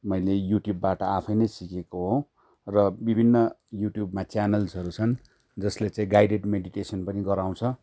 मैले युट्युबबाट आफै नै सिकेको हो र विभिन्न युट्युबमा च्यानल्सहरू छन् जसले चाहिँ गाइडेड मेडिटेसन पनि गराउँछ